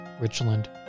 Richland